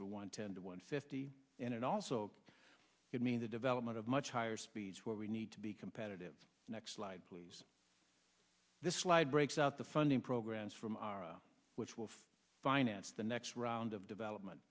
for one ten to one fifty and it also could mean the development of much higher speeds where we need to be competitive next slide please this slide breaks out the funding programs from our which will finance the next round of development